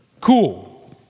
Cool